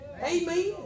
Amen